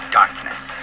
darkness